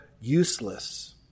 useless